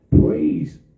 praise